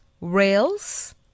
rails